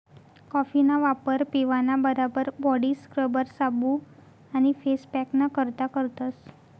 कॉफीना वापर पेवाना बराबर बॉडी स्क्रबर, साबू आणि फेस पॅकना करता करतस